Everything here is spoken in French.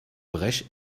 brèche